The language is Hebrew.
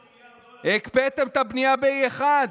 מיליארד דולר, הקפאתם את הבנייה ב-E1?